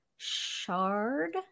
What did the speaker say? Shard